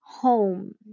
home